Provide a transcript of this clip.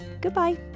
goodbye